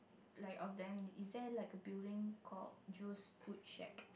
like of them is there like a building called Joe's food shack